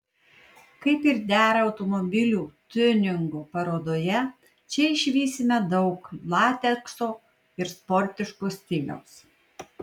kaip ir dera automobilių tiuningo parodoje čia išvysime daug latekso ir sportiško stiliaus